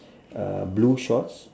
uh blue shorts